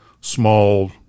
small